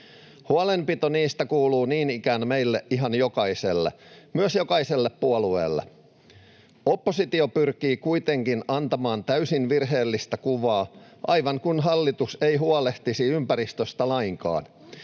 Huolenpito niistä kuuluu niin ikään meille ihan jokaiselle, myös jokaiselle puolueelle. Oppositio pyrkii kuitenkin antamaan täysin virheellistä kuvaa, aivan kuin hallitus ei huolehtisi ympäristöstä lainkaan